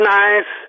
nice